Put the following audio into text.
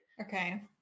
Okay